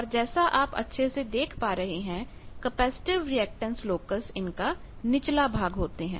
और जैसा आप अच्छे से देख पा रहे हैं कैपेसिटिव रिएक्टेंस लोकस इनका निचला भाग होते हैं